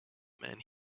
and